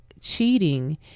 cheating